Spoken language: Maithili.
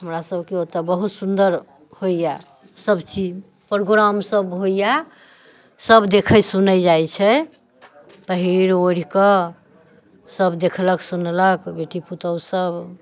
हमरा सभके ओतऽ बहुत सुन्दर होइए सभ चीज प्रोग्राम सभ होइए सभ देखै सुनै जाइ छै पहीर ओढ़िकऽ सभ देखलक सुनलक बेटी पुतहू सभ